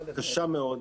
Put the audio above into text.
קשה מאוד.